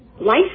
Life